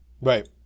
Right